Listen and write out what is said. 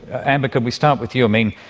amber, can we start with you? i mean,